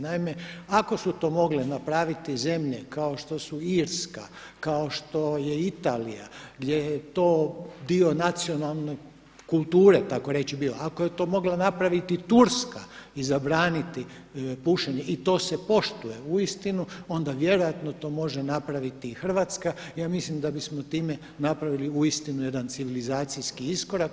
Naime, ako su to mogle napraviti zemlje kao što su Irska, kao što je Italija gdje je to dio nacionalne kulture takoreći bio, ako je to mogla napraviti Turska i zabraniti pušenje i to se poštuje uistinu onda vjerojatno to može napraviti i Hrvatska i ja mislim da bismo time napravili uistinu jedan civilizacijski iskorak.